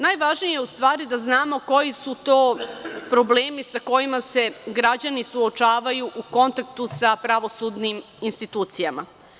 Najvažnije je u stvari da znamo koji su to problemi sa kojima se građani suočavaju u kontaktu sa pravosudnim institucijama.